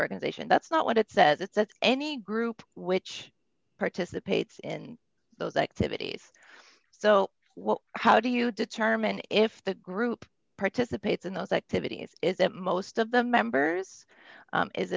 organization that's not what it says it's any group which participates in those activities so how do you determine if the group participates in those activities is it most of the members